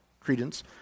Credence